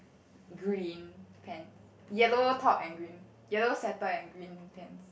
green pants yellow top and green yellow sweater and green pants